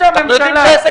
למענק.